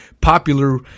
popular